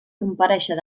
comparèixer